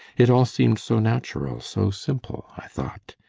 it all seemed so natural so simple, i thought.